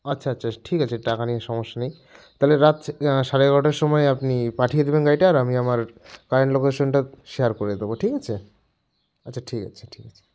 আচ্ছা আচ্ছা ঠিক আছে টাকা নিয়ে সমস্যা নেই তাহলে রাখছি সাড়ে এগারোটার সময় আপনি পাঠিয়ে দেবেন গাড়িটা আর আমি আমার কারেন্ট লোকেশানটা শেয়ার করে দেবো ঠিক আছে আচ্ছা ঠিক আছে ঠিক আছে